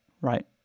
right